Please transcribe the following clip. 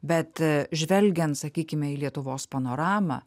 bet žvelgiant sakykime į lietuvos panoramą